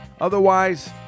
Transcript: Otherwise